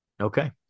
Okay